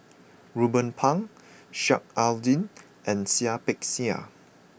Ruben Pang Sheik Alau'ddin and Seah Peck Seah